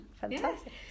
Fantastic